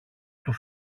του